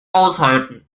aushalten